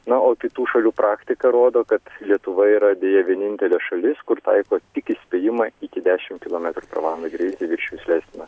na o kitų šalių praktika rodo kad lietuva yra deja vienintelė šalis kur taiko tik įspėjimą iki dešim kilometrų per valandą greitį viršijus leistiną